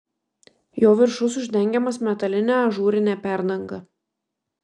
jo viršus uždengiamas metaline ažūrine perdanga